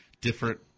Different